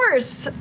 course,